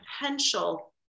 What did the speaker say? potential